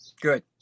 good